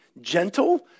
gentle